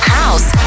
house